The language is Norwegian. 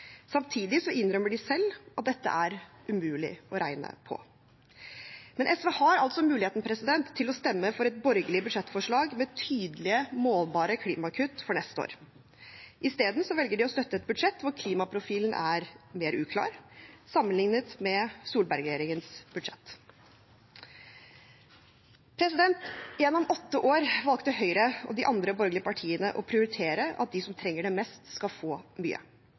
Samtidig innrømmer de selv at dette er umulig å regne på. Men SV har altså muligheten til å stemme for et borgerlig budsjettforslag med tydelige, målbare klimagasskutt for neste år. Isteden velger de å støtte et budsjett hvor klimaprofilen er mer uklar sammenliknet med Solberg-regjeringens budsjett. Gjennom åtte år valgte Høyre og de andre borgerlige partiene å prioritere at de som trenger det mest, skal få mye.